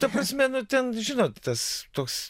ta prasme nu ten žinot tas toks